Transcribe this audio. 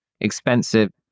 expensive